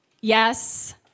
yes